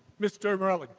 mr. morelle